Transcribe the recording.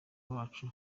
bacu